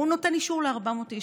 הוא נותן אישור ל-400 איש,